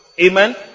amen